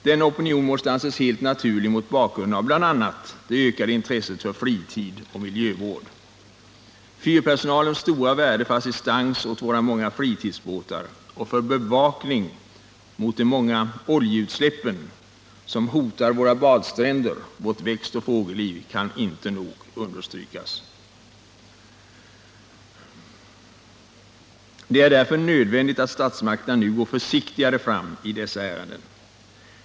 Denna opinion måste anses helt naturlig mot bakgrund av bl.a. det ökade intresset för fritid och miljövård. Fyrpersonalens stora värde för assistans åt våra många fritidsbåtar och för bevakning mot de många oljeutsläppen som hotar våra badstränder och vårt växtoch fågelliv kan icke nog understrykas. Det är därför nödvändigt att statsmakterna nu går försiktigare fram i dessa ärenden.